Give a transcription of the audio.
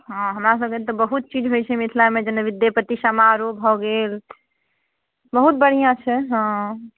हँ हमरा सभकेँ लेल तऽ बहुत चीज होइत छै मिथिलामे जेना विद्येपति समारोह भऽ गेल बहुत बढ़िआँ छै हँ